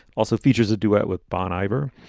also features a duet with bon iver,